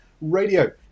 Radio